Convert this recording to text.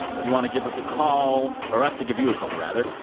if you want to give us a call or us to give you a call, rather,